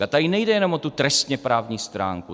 A tady nejde jenom o tu trestněprávní stránku.